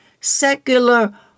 secular